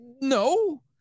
No